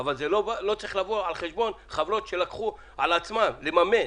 אבל זה לא צריך לבוא על חשבון חברות שלקחו על עצמן לממן,